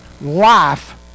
life